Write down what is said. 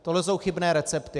Tohle jsou chybné recepty.